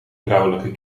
vrouwelijke